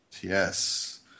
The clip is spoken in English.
Yes